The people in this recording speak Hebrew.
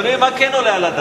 ברשות יושב-ראש